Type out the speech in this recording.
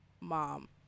Mom